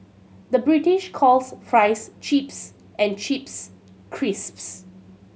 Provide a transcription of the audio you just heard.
the British calls fries chips and chips crisps